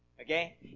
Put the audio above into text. Okay